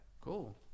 cool